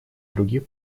других